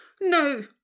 No